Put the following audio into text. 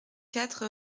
quatre